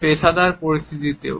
পেশাদার পরিস্থিতিতেও